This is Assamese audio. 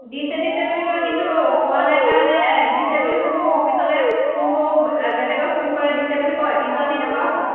দিছে দিছে বুলি কয় কিন্তু পোৱা নাই কাৰণে দিছে বুলি শুনোঁ অফিচলে ফোন কৰোঁ বেলেগেও ফোন কৰে দিছে বুলি কয় কিন্তু আমি নাপাওঁ চোন